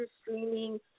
streaming